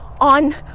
on